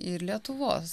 ir lietuvos